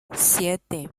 siete